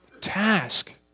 task